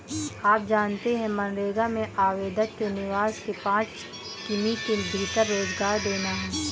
आप जानते है मनरेगा में आवेदक के निवास के पांच किमी के भीतर रोजगार देना है?